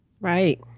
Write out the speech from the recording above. Right